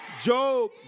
Job